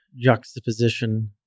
juxtaposition